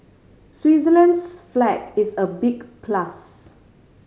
Switzerland's flag is a big plus